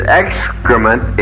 excrement